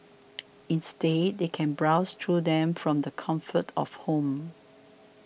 instead they can browse through them from the comfort of home